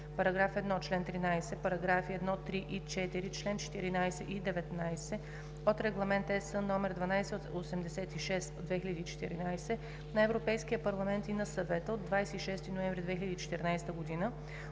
параграф 1, чл. 13, параграфи 1, 3 и 4, чл. 14 и 19 от Регламент (ЕС) № 1286/2014 на Европейския парламент и на Съвета от 26 ноември 2014 г.